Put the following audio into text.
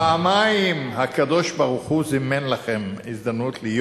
פעמיים הקדוש-ברוך-הוא זימן לכם הזדמנות להיות